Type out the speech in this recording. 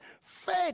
faith